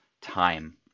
time